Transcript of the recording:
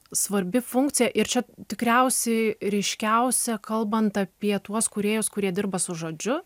svarbi funkcija ir čia tikriausiai ryškiausia kalbant apie tuos kūrėjus kurie dirba su žodžiu